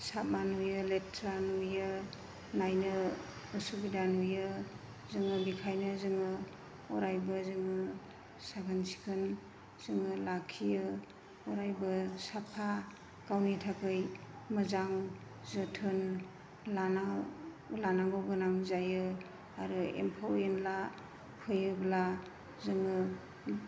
साबमा नुयो लेथ्रा नुयो नायनो उसुबिदा नुयो जों बेखायनो जोङो अरायबो जोङो साखोन सिखोन जोङो लाखियो अरायबो साफा गावनि थाखै मोजां जोथोन लानांगौ गोनां जायो आरो एम्फौ एनला फैयोब्ला जोङो